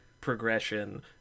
progression